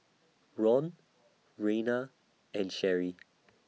Ron Reina and Sherrie